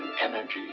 energy